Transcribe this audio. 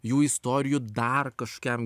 jų istorijų dar kažkokiam